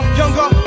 younger